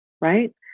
right